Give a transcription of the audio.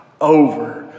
over